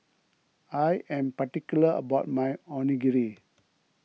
I am particular about my Onigiri